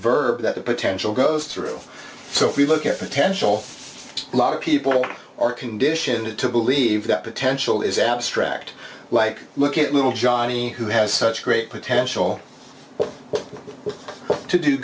verb that a potential goes through so if you look at potential a lot of people are conditioned to believe that potential is abstract like look at little johnny who has such great potential to do